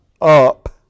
up